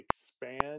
expand